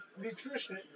nutrition